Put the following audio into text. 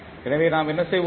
எனவே நாம் என்ன செய்வோம்